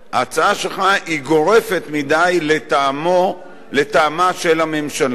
ההצעה שלך היא גורפת מדי לטעמה של הממשלה.